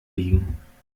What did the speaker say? liegen